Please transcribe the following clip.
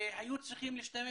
שהיו צריכים להשתמש